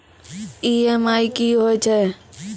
EMI कि होय छै?